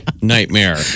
nightmare